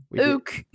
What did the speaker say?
Ook